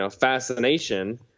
fascination